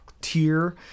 tier